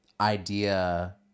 idea